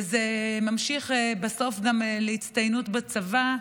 וזה ממשיך בסוף גם להצטיינות בצבא.